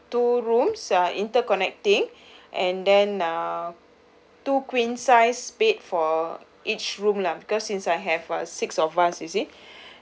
two rooms are interconnecting and then uh two queen size bed for each room lah cause since I have uh six of us you see